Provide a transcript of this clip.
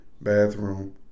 bathroom